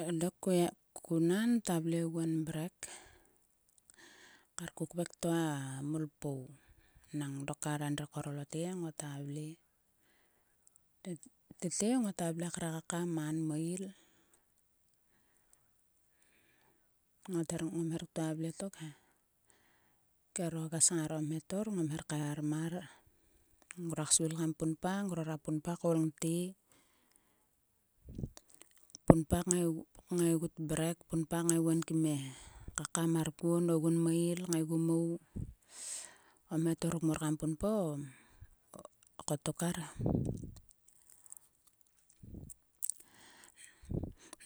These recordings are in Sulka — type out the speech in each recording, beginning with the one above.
Dok. ko nan ta vle oguon mrek kar ko kokvek to a mulpou. Nang dok kar endri kor lotge ngota vle. Tete ngota vle kre kaka man meil. Ngot her ngom her ktua vle tok he. Keroges ngaro mhetor ngom her kaehar mar. Ngruak svil kam punpa. ngrora punpa koul ngte. Punpa kngaigut mrek. punpa ngaiguon kim e kaka mar kuon. ogunmeil. ogu mou. O mhetor nuk kam punpa em kotok arche.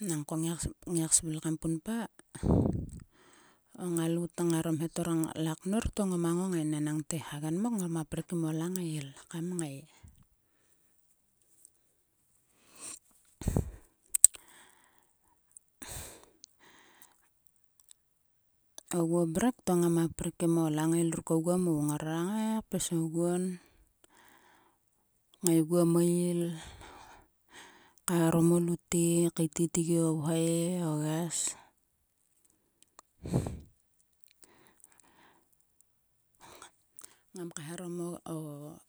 Nangko ngiak svil kam punpa. o ngalout ngaro mhetor lo knor to ngoma ngongai. Nang enang te hagen mok ngoma prik kim o langail kam ngai oguo mrek to ngom a prik kim o langail ruk oguo mou ngai pis oguon. Ngaiguo meil. kaehaarom o lutek. kaetgi o vhoi. o ges ngam kaeharom o.